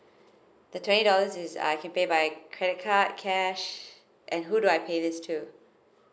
the twenty dollars is I can pay by credit card cash and who do I pay this to